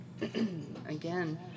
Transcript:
again